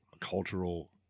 cultural